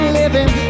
living